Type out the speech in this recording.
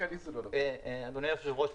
אדוני היושב-ראש,